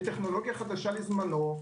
בטכנולוגיה חדשה לזמנו.